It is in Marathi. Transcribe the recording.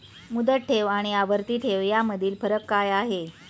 मुदत ठेव आणि आवर्ती ठेव यामधील फरक काय आहे?